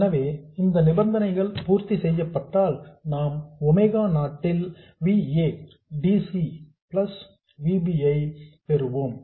எனவே இந்த நிபந்தனைகள் பூர்த்தி செய்யப்பட்டால் நாம் ஒமேகா நாட் ல் V a dc plus V b ஐ பெறுவோம்